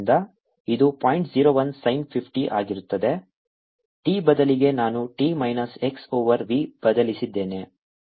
01 sin ಆಗಿರುತ್ತದೆ t ಬದಲಿಗೆ ನಾನು t minus x over v ಬದಲಿಸಲಿದ್ದೇನೆ 0